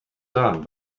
done